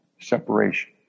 separation